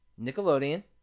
Nickelodeon